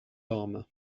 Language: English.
armor